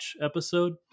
episode